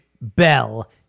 Bell